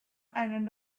island